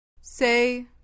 Say